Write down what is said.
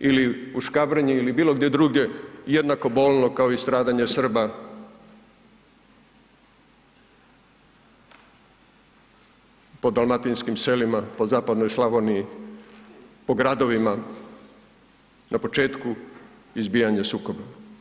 ili u Škabrnji ili bilo gdje drugdje jednako bolno kao i stradanje Srba po dalmatinskim selima, po Zapadnoj Slavoniji, po gradovima na početku izbijanja sukoba.